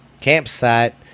campsite